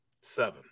seven